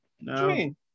No